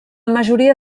majoria